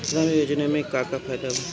प्रधानमंत्री योजना मे का का फायदा बा?